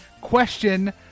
Question